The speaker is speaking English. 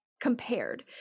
compared